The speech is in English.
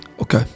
Okay